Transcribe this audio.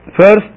First